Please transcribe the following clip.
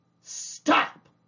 Stop